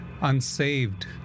unsaved